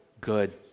good